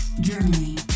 Germany